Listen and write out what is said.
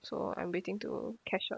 so I'm waiting to cash out